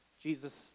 Jesus